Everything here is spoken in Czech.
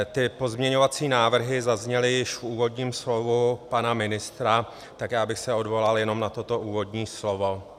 Ty pozměňovací návrhy zazněly už v úvodním slovu pana ministra, tak bych se odvolal jenom na toto úvodní slovo.